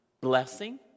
blessing